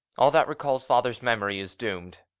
all that recalls father's memory is doomed.